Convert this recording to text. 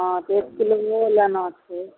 हाँ तऽ एक किलो इहो लेना छै